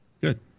Good